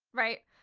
right.